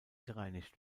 gereinigt